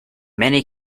many